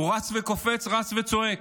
הוא רץ וקופץ, רץ וצועק.